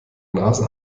nase